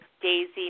Daisy